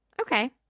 Okay